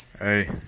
Hey